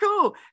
cool